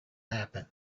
happen